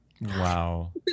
Wow